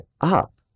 up